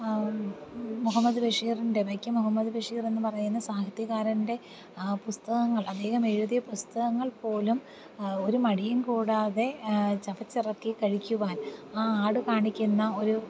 മുഹമ്മദ് ബഷീറിൻ്റെ മുഹമ്മദ് ബഷീറെന്ന് പറയുന്ന സാഹിത്യകാരൻ്റെ ആ പുസ്തകങ്ങൾ അദ്ദേഹം എഴുതിയ പുസ്തകങ്ങൾ പോലും ഒരു മടിയും കൂടാതെ ചവച്ചിറക്കി കഴിക്കുവാൻ ആ ആട് കാണിക്കുന്ന ഒരു